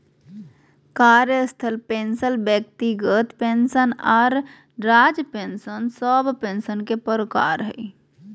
कार्यस्थल पेंशन व्यक्तिगत पेंशन आर राज्य पेंशन सब पेंशन के प्रकार हय